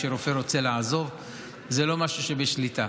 כשרופא רוצה לעזוב זה לא משהו שבשליטה.